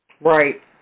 Right